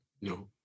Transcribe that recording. No